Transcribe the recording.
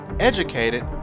educated